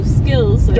skills